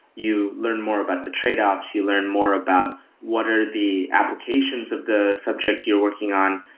you learn more about the trade-offs, you learn more about what are the applications of the subject you're working on,